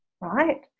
right